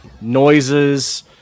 noises